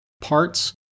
parts